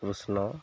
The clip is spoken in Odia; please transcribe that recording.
କୃଷ୍ଣ